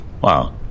Wow